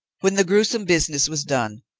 when the gruesome business was done,